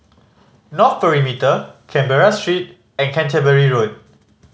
North Perimeter Road Canberra Street and Canterbury Road